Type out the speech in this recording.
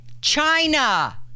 China